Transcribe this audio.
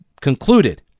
concluded